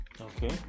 Okay